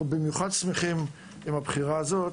אנחנו במיוחד שמחים עם הבחירה הזאת.